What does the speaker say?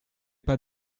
pas